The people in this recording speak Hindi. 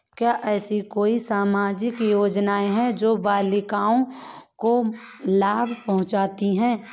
क्या ऐसी कोई सामाजिक योजनाएँ हैं जो बालिकाओं को लाभ पहुँचाती हैं?